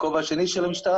בכובע השני של המשטרה,